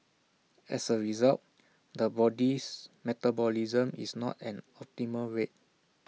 as A result the body's metabolism is not at an optimal rate